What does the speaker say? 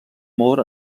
mor